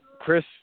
Chris